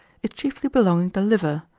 is chiefly belonging the liver,